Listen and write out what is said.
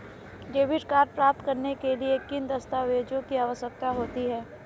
Debit card प्राप्त करने के लिए किन दस्तावेज़ों की आवश्यकता होती है?